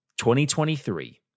2023